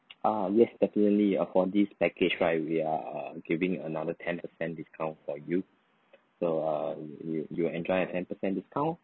ah yes definitely uh for this package right we are uh giving you another ten percent discount for you so uh you you you enjoy a ten percent discount